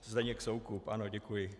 Zdeněk Soukup, ano, děkuji.